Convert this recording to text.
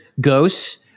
ghosts